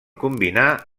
combinar